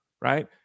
right